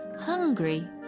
hungry